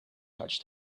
touched